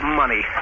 money